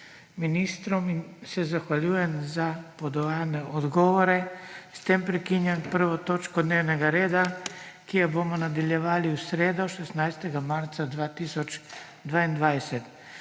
Ministrom se zahvaljujem za podane odgovore. S tem prekinjam 1. točko dnevnega reda, ki jo bomo nadaljevali v sredo, 16. marca 2022.